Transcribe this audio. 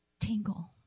tingle